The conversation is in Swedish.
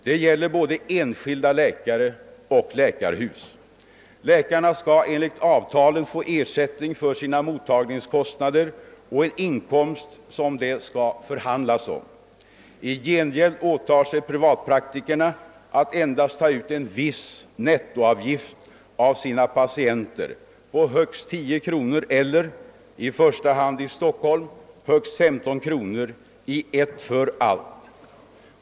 Det gäller både enskilda läkare och läkarhus. Läkarna skall enligt avtalen få ersättning för si na mottagningskostnader och en inkomst som det skall förhandlas om. I gengäld åtar sig privatpraktikerna att endast ta ut en viss nettoavgift av sina patienter på högst 10 kronor eller — främst i Stockholm — högst 15 kronor i ett för allt.